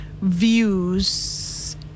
views